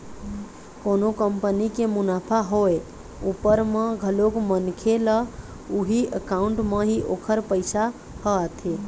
कोनो कंपनी के मुनाफा होय उपर म घलोक मनखे ल उही अकाउंट म ही ओखर पइसा ह आथे